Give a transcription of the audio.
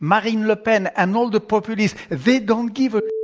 marine le pen and all the populists, they don't give a